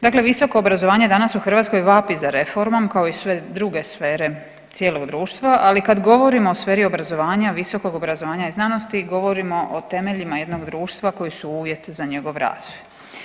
Dakle, visoko obrazovanje danas u Hrvatskoj vapi za reformom kao i sve druge sfere cijelog društva, ali kad govorimo o sferi obrazovanja, visokog obrazovanja i znanosti govorimo o temeljima jednog društva koji su uvjet za njegov rast.